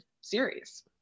series